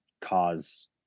cause